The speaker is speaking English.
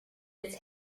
its